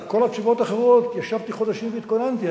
על כל התשובות האחרות ישבתי חודשים והתכוננתי.